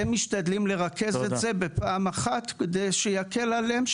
שהם משתדלים לרכז את זה בפעם אחת כדי שיקל עליהם,